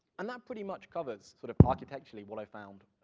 and that pretty much covers, sort of architecturally, what i found,